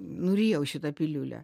nurijau šitą piliulę